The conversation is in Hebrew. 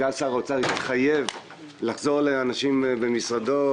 סגן שר האוצר התחייב לחזור לאנשים במשרדו